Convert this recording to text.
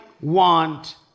want